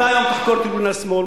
אתה היום תחקור את ארגוני השמאל,